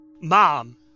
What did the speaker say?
Mom